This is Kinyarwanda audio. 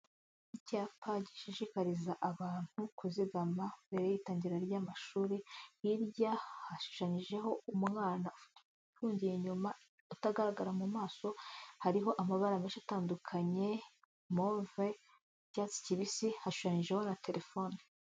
Icyapa gishishikariza abantu kuzigama, mbere y'itangira ry'amashuri, hirya hashushanyijeho umwana uwinjiye inyuma atagaragara mu maso, hariho amabara menshi atandukanye, move, icyatsi, kibisi, hashanyijeho na telefone.